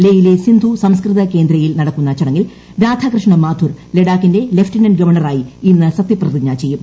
ലേയിലെ സിന്ധു സംസ്കൃത കേന്ദ്രയിൽ നടക്കുന്ന ചടങ്ങിൽ രാധാകൃഷ്ണ മാഥൂർ ലഡാക്കിന്റെ ലഫ്റ്റനന്റ് ഗവർണറായി ഇന്ന് സത്യപ്രതിജ്ഞ ചെയ്യും